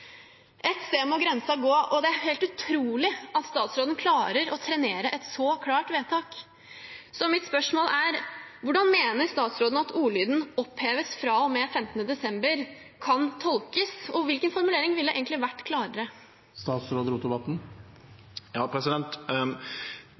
Et sted må grensen gå, og det er helt utrolig at statsråden klarer å trenere et så klart vedtak. Så mitt spørsmål er: Hvordan mener statsråden at ordlyden «oppheves fra og med 15. desember» kan tolkes? Og hvilken formulering ville egentlig ha vært klarere?